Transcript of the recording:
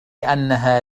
أنها